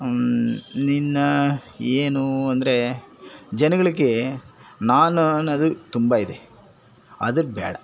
ನಿನ್ನ ಏನು ಅಂದರೆ ಜನಗಳಿಗೆ ನಾನು ಅನ್ನೋದು ತುಂಬ ಇದೆ ಅದು ಬ್ಯಾಡ